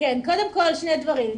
שני דברים.